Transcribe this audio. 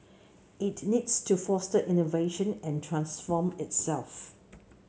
it needs to foster innovation and transform itself